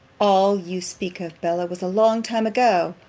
all you speak of, bella, was a long time ago.